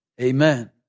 Amen